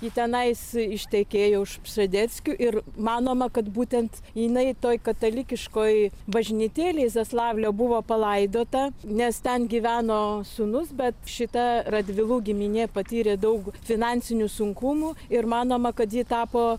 ji tenais ištekėjo už pšedeckių ir manoma kad būtent jinai toj katalikiškoj bažnytėlėj zaslavlio buvo palaidota nes ten gyveno sūnus bet šita radvilų giminė patyrė daug finansinių sunkumų ir manoma kad ji tapo